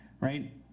Right